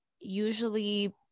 usually